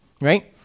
Right